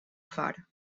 far